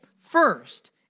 first